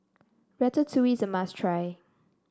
Ratatouille is a must try